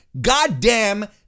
goddamn